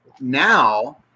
now